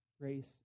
grace